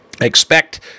Expect